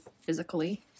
physically